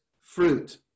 fruit